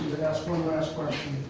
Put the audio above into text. ask one last question